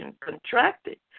contracted